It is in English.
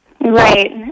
Right